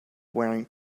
wearing